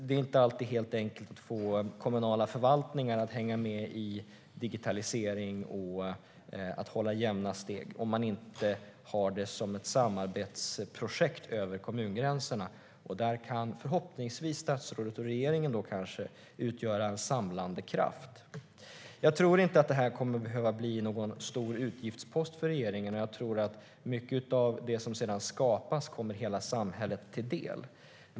Det är inte alltid helt enkelt att få kommunala förvaltningar att hänga med i digitaliseringen och hålla jämna steg om man inte har det som ett samarbetsprojekt över kommungränserna. Där kan förhoppningsvis statsrådet och regeringen kanske utgöra en samlande kraft. Jag tror inte att detta kommer att behöva bli någon stor utgiftspost för regeringen. Mycket av det som sedan skapas tror jag kommer att komma hela samhället till del.